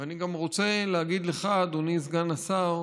ואני גם רוצה להגיד לך, אדוני סגן השר,